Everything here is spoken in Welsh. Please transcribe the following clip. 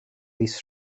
mis